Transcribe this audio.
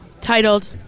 titled